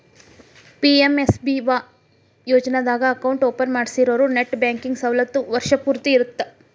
PMSBY ಯೋಜನಾದಾಗ account open ಮಾಡ್ಸಿರೋರು net banking ಸವಲತ್ತು ವರ್ಷ್ ಪೂರ್ತಿ ಇರತ್ತ